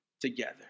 together